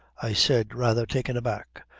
i said rather taken aback.